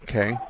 Okay